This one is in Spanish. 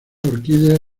orquídea